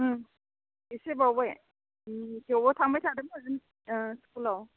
इसे बावबाय थेवबो थांबाय थादोंमोन स्कुलाव